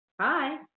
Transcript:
hi